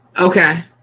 okay